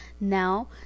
Now